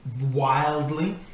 wildly